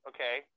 Okay